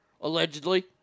allegedly